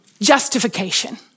justification